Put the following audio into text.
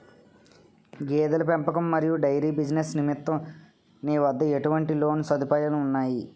గేదెల పెంపకం మరియు డైరీ బిజినెస్ నిమిత్తం మీ వద్ద ఎటువంటి లోన్ సదుపాయాలు ఉన్నాయి?